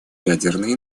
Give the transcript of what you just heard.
ядерной